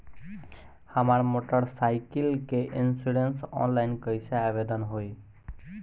हमार motorcycle के insurance online कईसे आवेदन होई?